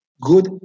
good